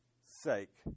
sake